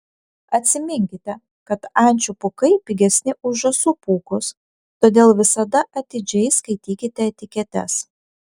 atsiminkite kad ančių pūkai pigesni už žąsų pūkus todėl visada atidžiai skaitykite etiketes